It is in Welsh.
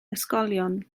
ysgolion